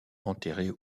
enterrer